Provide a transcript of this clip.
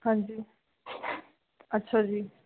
ਹਾਂਜੀ ਅੱਛਾ ਜੀ